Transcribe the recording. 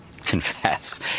Confess